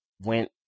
went